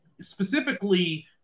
specifically